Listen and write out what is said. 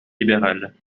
libérales